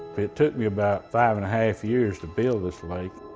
it took me about five and a half years to build this lake.